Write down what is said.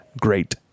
great